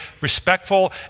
respectful